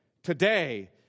Today